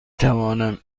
توانم